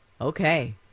Okay